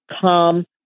come